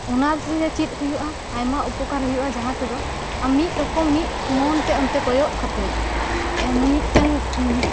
ᱚᱱᱟ ᱛᱮ ᱪᱮᱫ ᱦᱩᱭᱩᱜᱼᱟ ᱟᱭᱢᱟ ᱩᱯᱚᱠᱟᱨ ᱦᱩᱭᱩᱜᱼᱟ ᱡᱟᱦᱟ ᱛᱮᱫᱚ ᱟᱢ ᱢᱤᱫ ᱨᱚᱠᱚᱢ ᱢᱤᱫ ᱢᱚᱱ ᱛᱮ ᱚᱱᱛᱮ ᱠᱚᱭᱚᱜ ᱠᱟᱛᱮᱡ ᱢᱤᱫᱴᱮᱱ